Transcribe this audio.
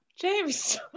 James